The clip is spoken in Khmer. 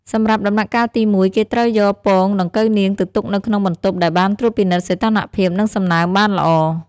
សម្រាប់ដំណាក់កាលទី១ គឺគេត្រូវយកពងដង្កូវនាងទៅទុកនៅក្នុងបន្ទប់ដែលបានត្រួតពិនិត្យសីតុណ្ហភាព និងសំណើមបានល្អ។